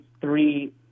three